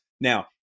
Now